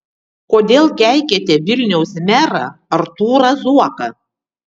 kodėl keikiate vilniaus merą artūrą zuoką